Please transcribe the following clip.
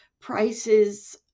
prices